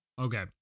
Okay